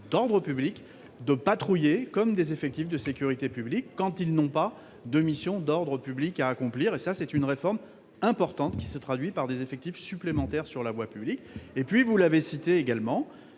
d'ordre public, de patrouiller comme des effectifs de sécurité publique, quand ils n'ont pas de missions d'ordre public à accomplir. Il s'agit d'une réforme importante, qui se traduit par des effectifs supplémentaires sur la voie publique. Ce n'est pas vrai ! Par ailleurs,